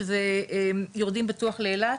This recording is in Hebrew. שזה "יורדים בטוח לאילת",